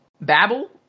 babble